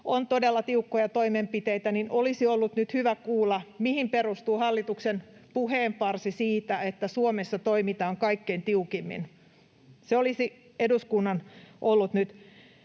on todella tiukkoja toimenpiteitä. Olisi ollut nyt hyvä kuulla, mihin perustuu hallituksen puheenparsi siitä, että Suomessa toimitaan kaikkein tiukimmin. Se olisi eduskunnan ollut nyt